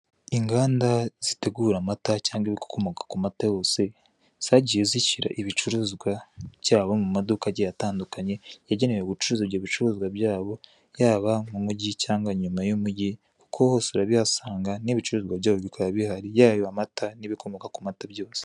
Inganda zitegura amata cyangwa ibikomoka ku mata yose zagiye zishyira ibicuruzwa byabo mu maduka agiye atandukanye yagenewe gucuruza ibyo bicuruzwa byabo yaba mu mugi cyangwa inyuma y'umugi kuko hose urabihasanga n'ibicuruzwa byabo bikababihari yaba ayo mata n'ibikomoka ku mata byose.